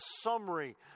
summary